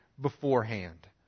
beforehand